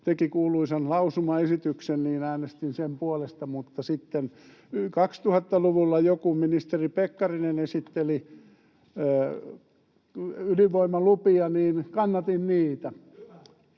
teki kuuluisan lausumaesityksen — äänestin sen puolesta, mutta sitten jo 2000-luvulla, kun ministeri Pekkarinen esitteli ydinvoimalupia, kannatin niitä.